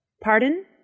Pardon